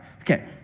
Okay